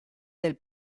del